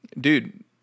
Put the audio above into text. dude